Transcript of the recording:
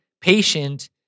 patient